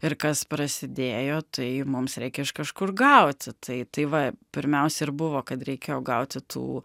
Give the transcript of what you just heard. ir kas prasidėjo tai mums reikia iš kažkur gauti tai tai va pirmiausia ir buvo kad reikėjo gauti tų